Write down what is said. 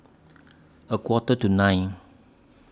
A Quarter to nine